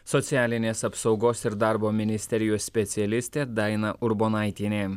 socialinės apsaugos ir darbo ministerijos specialistė daina urbonaitienė